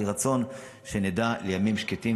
יהי רצון שנדע ימים שקטים,